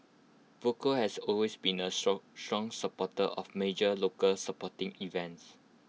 Volvo has always been A strong strong supporter of major local sporting events